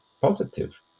positive